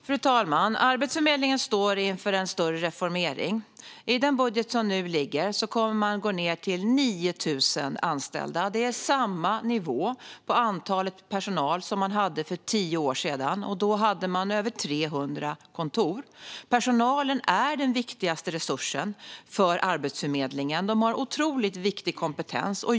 Fru talman! Arbetsförmedlingen står inför en större reformering. I den budget som nu ligger kommer man att gå ned till 9 000 anställda. Det är samma nivå på personalen som man hade för tio år sedan, och då hade man över 300 kontor. Personalen är den viktigaste resursen för Arbetsförmedlingen. De har en otroligt viktig kompetens.